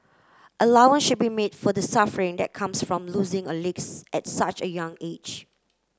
should be made for the suffering that comes from losing a legs at such a young age